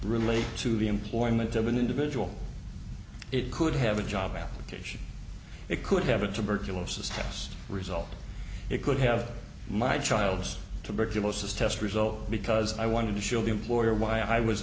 relate to the employment of an individual it could have a job application it could have a tuberculosis test result it could have my child's tuberculosis test result because i wanted to show the employer why i was